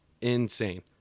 insane